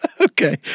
Okay